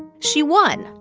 she won.